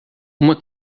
uma